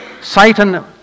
Satan